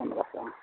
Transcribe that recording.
ᱯᱚᱱᱫᱨᱚ ᱥᱚ